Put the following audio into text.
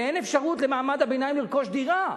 ואין אפשרות למעמד הביניים לרכוש דירה.